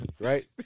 Right